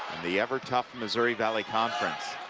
the ever tough missouri valley conference.